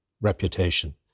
reputation